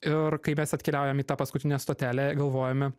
ir kai mes atkeliaujam į tą paskutinę stotelę galvojame